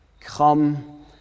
Come